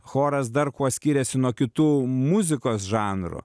choras dar kuo skiriasi nuo kitų muzikos žanrų